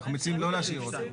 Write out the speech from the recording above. אנחנו מציעים לא להשאיר אותו.